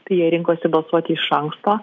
tai jie rinkosi balsuoti iš anksto